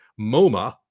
MoMA